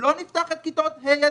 לא נפתח את כיתות ה'-י"ב.